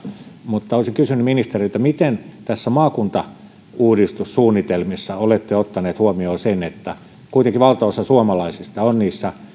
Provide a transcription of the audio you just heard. olisin kysynyt ministeriltä miten maakuntauudistussuunnitelmissa olette ottaneet huomioon sen että kuitenkin valtaosa suomalaisista on